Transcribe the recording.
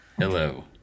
Hello